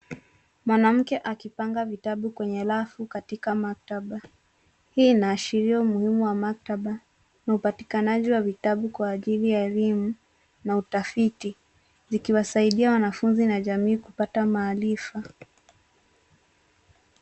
Mwanamke akipanga vitabu kwenye rafu katika maktaba. Hii inaashiria umuhimu wa maktaba na upatikanaji wa vitabu kwa ajili ya elimu na utafiti zikiwasaidia wanafunzi na jamii kupata maarifa.